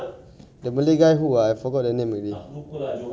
tubuh ada nama siapa tu la~ la~ siapa nama dia aku lupa